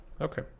okay